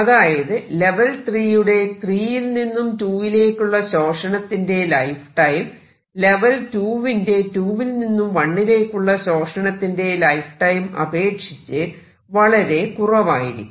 അതായത് ലെവൽ 3 യുടെ 3 യിൽ നിന്നും 2 ലേക്കുള്ള ശോഷണത്തിന്റെ ലൈഫ് ടൈം ലെവൽ 2 വിന്റെ 2 വിൽ നിന്നും 1 ലേക്കുള്ള ശോഷണത്തിന്റെ ലൈഫ് ടൈം അപേക്ഷിച്ച് വളരെ കുറവായിരിക്കണം